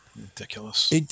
Ridiculous